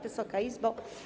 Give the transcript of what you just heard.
Wysoka Izbo!